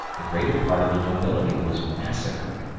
the greater part of the nobility was massacred,